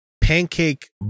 pancake